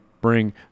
bring